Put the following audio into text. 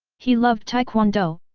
he loved taekwondo,